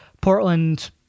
Portland